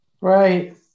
Right